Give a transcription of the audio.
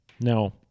Now